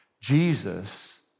Jesus